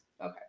Okay